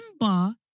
remember